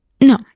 no